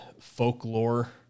folklore